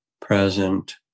present